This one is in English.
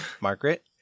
Margaret